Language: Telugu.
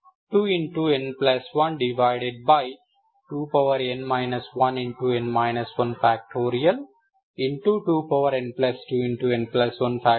d2n2n12n 1n 1